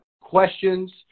questions